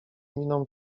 miną